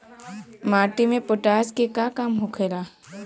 माटी में पोटाश के का काम होखेला?